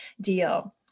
deal